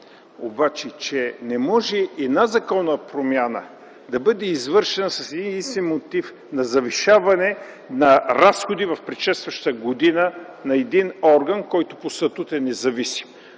обаче, че не може една законова промяна да бъде извършена с единствения си мотив на завишаване на разходи в предшестващата година на един орган, който по статут е независим.